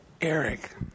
Eric